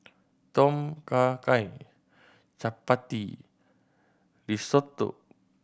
Tom Kha Gai Chapati Risotto